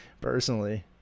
personally